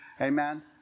Amen